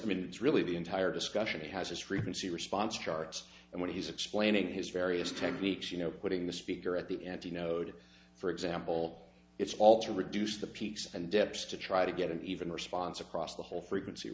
i mean it's really the entire discussion he has his frequency response charts and when he's explaining his various techniques you know putting the speaker at the end he noted for example it's all to reduce the peaks and dips to try to get an even response across the whole frequency